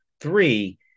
three